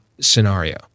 scenario